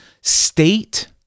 state